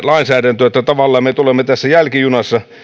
lainsäädäntöä että tavallaan me tulemme tässä jälkijunassa